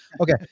okay